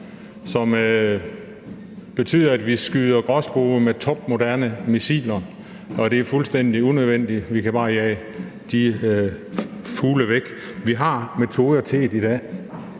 som betyder, at vi skyder gråspurve med topmoderne missiler. Det er fuldstændig unødvendigt, vi kan bare jage de fugle væk. Vi har metoder til det i dag.